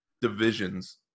divisions